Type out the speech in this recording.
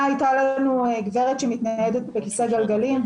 לנו גברת שמתנהלת בכסא גלגלים,